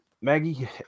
Maggie